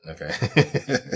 okay